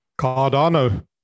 Cardano